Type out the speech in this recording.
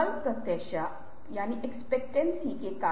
तो वे लोग हैं जो स्टार कलाकार हैं उनमें से कुछ स्टार कलाकार हैं